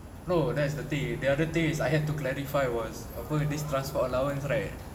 no that's the thing the other thing is I have to clarify was apa this transport allowance right